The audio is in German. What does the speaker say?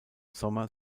sommer